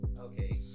Okay